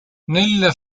nella